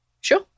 Sure